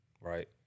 right